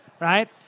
right